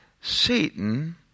Satan